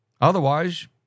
Otherwise